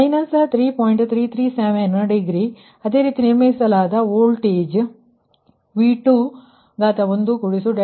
337 degree ಅದೇ ರೀತಿ ನಿರ್ಮಿಸಲಾದ ವೋಲ್ಟೇಜ್ V2∆V2 ಸಮಾನ ಆಗಿದ್ದು ಅದು 1 0